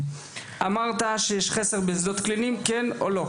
האם אמרת שיש מחסור בשדות קליניים - כן או לא?